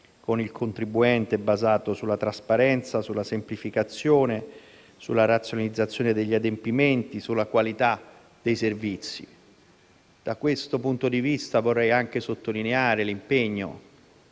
con il contribuente basato sulla trasparenza, sulla semplificazione, sulla razionalizzazione degli adempimenti e sulla qualità dei servizi. Da questo punto di vista, vorrei anche sottolineare l'impegno